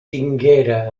tinguera